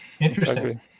interesting